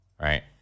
Right